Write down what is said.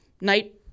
night